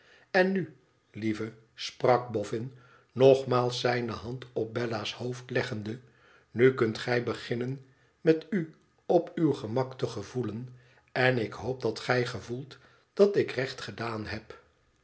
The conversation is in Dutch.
vaarwel ennu lieve sprak boffin nogmaals zijne hand op bella's hoofd leggende nu kunt gij beginnen met u op üw gemak te gevoelen en ik hoop dat gij gevoelt dat ik recht gedaan heb